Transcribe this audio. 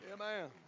Amen